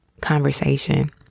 conversation